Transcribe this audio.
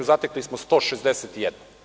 Zatekli smo 161.